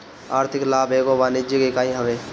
आर्थिक लाभ एगो वाणिज्यिक इकाई हवे